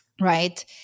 Right